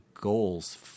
goals